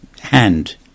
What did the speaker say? hand